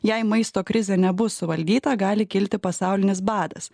jei maisto krizė nebus suvaldyta gali kilti pasaulinis badas